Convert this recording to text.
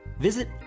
Visit